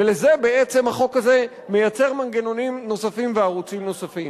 ולזה בעצם החוק הזה מייצר מנגנונים נוספים וערוצים נוספים.